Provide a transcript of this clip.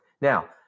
now